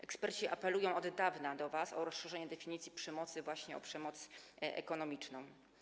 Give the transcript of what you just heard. Eksperci apelują do was od dawna o rozszerzenie definicji przemocy właśnie o przemoc ekonomiczną.